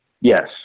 Yes